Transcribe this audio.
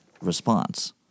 response